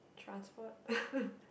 transport